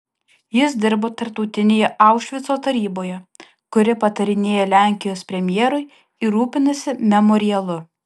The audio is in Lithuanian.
jis dirbo tarptautinėje aušvico taryboje kuri patarinėja lenkijos premjerui ir rūpinasi memorialu